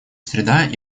среда